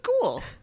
cool